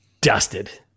dusted